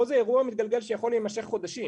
פה זה אירוע מתגלגל, שיכול להימשך חודשים.